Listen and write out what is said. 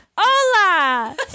Hola